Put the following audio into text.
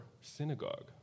synagogue